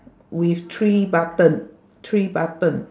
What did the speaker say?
with three button three button